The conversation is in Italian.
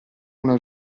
una